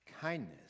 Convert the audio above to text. kindness